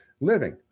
Living